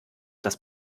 das